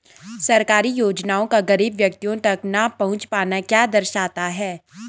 सरकारी योजनाओं का गरीब व्यक्तियों तक न पहुँच पाना क्या दर्शाता है?